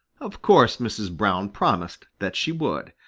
of course mrs. brown promised that she would,